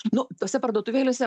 nu tose parduotuvėlėse